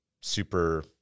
super